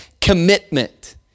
commitment